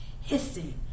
hissing